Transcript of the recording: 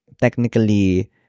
technically